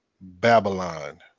Babylon